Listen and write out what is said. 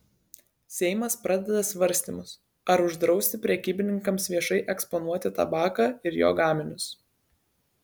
seimas pradeda svarstymus ar uždrausti prekybininkams viešai eksponuoti tabaką ir jo gaminius